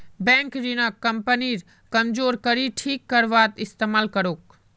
bank ऋणक कंपनीर कमजोर कड़ी ठीक करवात इस्तमाल करोक